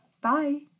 bye